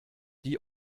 die